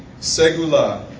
Segula